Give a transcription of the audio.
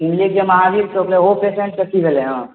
ठीके छै तहन पैसेंट की भेलै हन